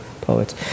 poets